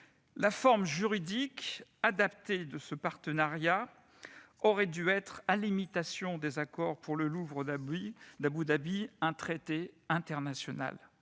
La forme juridique adaptée de ce partenariat aurait dû être, à l'imitation des accords pour le Louvre d'Abou Dabi, un traité international.